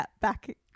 back